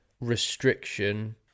restriction